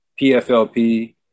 PFLP